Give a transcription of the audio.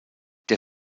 der